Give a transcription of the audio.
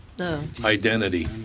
Identity